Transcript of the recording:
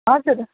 हजुर